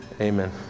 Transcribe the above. Amen